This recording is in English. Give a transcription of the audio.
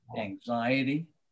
anxiety